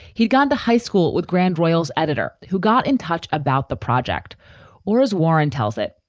he'd gone to high school with grand royals' editor who got in touch about the project or, as warren tells it,